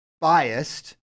biased